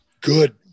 good